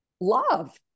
love